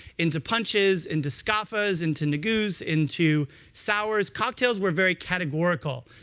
into punches, into scuffers, into negoos, into sours. cocktails were very categorical.